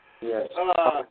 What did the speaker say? Yes